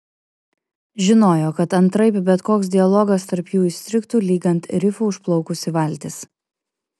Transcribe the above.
žinojo kad antraip bet koks dialogas tarp jų įstrigtų lyg ant rifų užplaukusi valtis